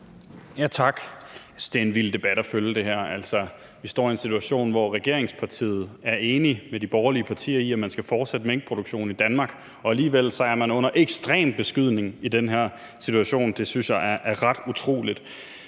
Jeg synes, det er en vild debat at følge, den her. Altså, vi står i en situation, hvor regeringspartiet er enig med de borgerlige partier i, at man skal fortsætte minkproduktionen i Danmark, og alligevel er man under ekstrem beskydning i den her situation. Det synes jeg er ret utroligt.